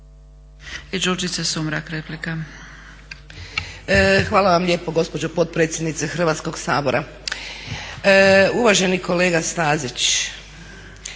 Hvala vam lijepo gospođo potpredsjednice Hrvatskog sabora. Uvaženi kolega Stazić,